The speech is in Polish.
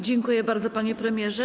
Dziękuję bardzo, panie premierze.